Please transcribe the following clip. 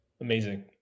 Amazing